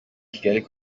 kigali